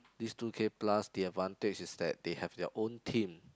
this two K plus the advantage is that they have their own team